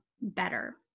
better